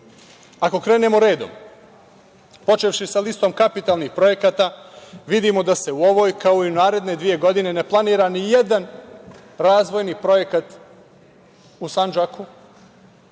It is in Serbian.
ovo. Ako krenemo redom počevši sa listom kapitalnih projekata vidimo da se u ovoj, kao i u naredne dve godine ne planira ni jedan razvojni projekat u Sandžaku.